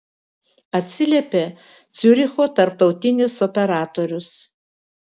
atsiliepė ciuricho tarptautinis operatorius